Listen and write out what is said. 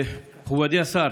מכובדי השר,